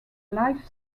life